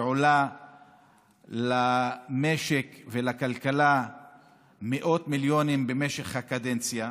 שעולה למשק ולכלכלה מאות מיליונים במשך הקדנציה.